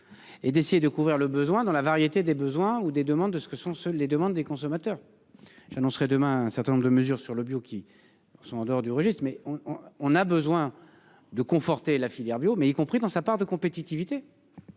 Et d'essayer de couvrir le besoin dans la variété des besoins ou des demandes de ce que sont seuls les demandes des consommateurs. J'annoncerai demain un certain nombre de mesures sur le bio qui sont en dehors du registre mais. On a besoin de conforter la filière bio mais y compris dans sa part de compétitivité.